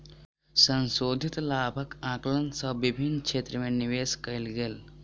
संशोधित लाभक आंकलन सँ विभिन्न क्षेत्र में निवेश कयल गेल